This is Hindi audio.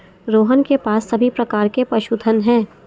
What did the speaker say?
रोहन के पास सभी प्रकार के पशुधन है